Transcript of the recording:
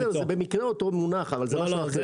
זה במקרה אותו מונח, אבל זה משהו אחר.